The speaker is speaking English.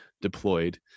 deployed